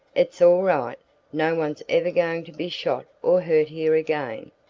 it's all right no one's ever going to be shot or hurt here again!